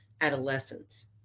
adolescents